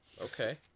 Okay